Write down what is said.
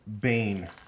Bane